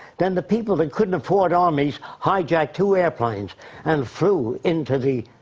then the people that couldn't afford armies, hijacked two airplanes and flew into the